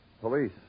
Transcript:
Police